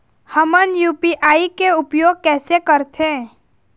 हमन यू.पी.आई के उपयोग कैसे करथें?